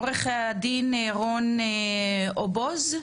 עוה"ד רון אובוז,